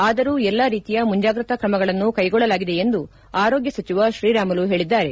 ಆದರೂ ಎಲ್ಲಾ ರೀತಿಯ ಮುಂಜಾಗ್ರತಾ ಕ್ರಮಗಳನ್ನು ಕೈಗೊಳ್ಳಲಾಗಿದೆ ಎಂದು ಆರೋಗ್ಯ ಸಚಿವ ಶ್ರೀರಾಮುಲು ಹೇಳಿದ್ದಾರೆ